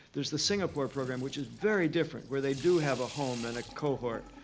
there's the singapore program, which is very different where they do have a home and a cohort.